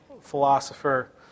philosopher